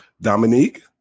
Dominique